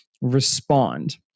respond